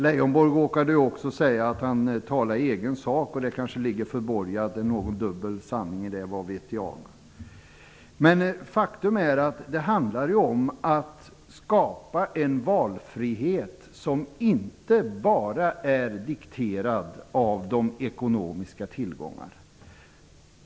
Leijonborg råkade också säga att han talade i egen sak. Det ligger kanske någon dubbel sanning förborgad i det - vad vet jag. Faktum är att det gäller att skapa en valfrihet som inte bara är dikterad av de ekonomiska tillgångarna.